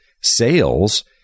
sales